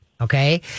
Okay